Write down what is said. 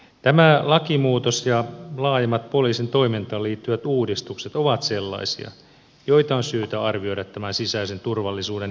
tämä lakimuutos ja laajemmat poliisin toimintaan liittyvät uudistukset ovat sellaisia joita on syytä arvioida tämän sisäisen turvallisuuden näkökulmasta